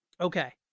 Okay